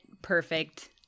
Perfect